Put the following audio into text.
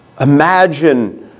Imagine